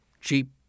cheap